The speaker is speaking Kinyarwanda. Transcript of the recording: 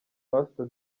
pastor